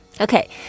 okay